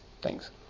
Thanks